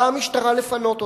באה משטרה לפנות אותם.